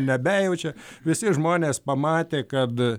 nebejaučia visi žmonės pamatė kad